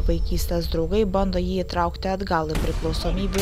vaikystės draugai bando jį įtraukti atgal į priklausomybių